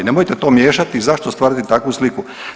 Nemojte to miješati, zašto stvarati takvu sliku.